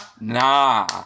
nah